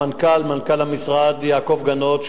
מנכ"ל המשרד יעקב גנות,